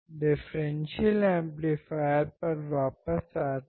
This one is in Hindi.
डिफ़्रेंसियल एम्पलीफायर पर वापस आते हैं